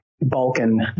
balkan